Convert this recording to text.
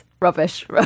Rubbish